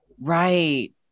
Right